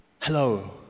Hello